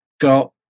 got